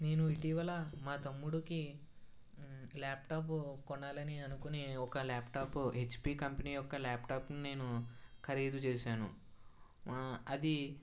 నేను ఇటీవల మా తమ్ముడికి ల్యాప్టాప్ కొనాలని అనుకుని ఒక ల్యాప్టాప్ హెచ్పి కంపెనీ యొక్క ల్యాప్టాప్ని నేను ఖరీదు చేసాను మా అది